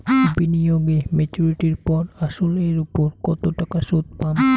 বিনিয়োগ এ মেচুরিটির পর আসল এর উপর কতো টাকা সুদ পাম?